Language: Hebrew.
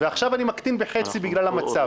ועכשיו אני מקטין בחצי בגלל המצב.